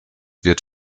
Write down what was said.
wird